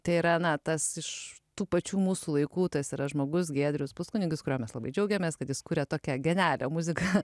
tai yra natas iš tų pačių mūsų laikų tas yra žmogus giedrius puskunigis kuriuo mes labai džiaugiamės kad jis kuria tokią genialią muziką